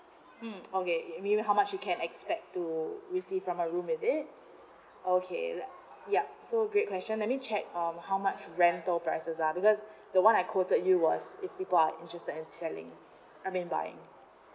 um okay you mean how much you can expect to receive from the room is it okay yup so great question let me check um how much rental prices uh because the one I quoted you was people are interested in selling I mean buying